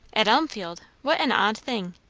at elmfield! what an odd thing!